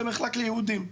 זה מחלק ליהודים,